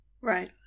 Right